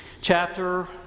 Chapter